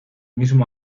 mismo